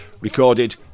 recorded